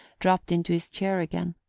dropped into his chair again,